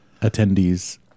attendees